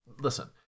Listen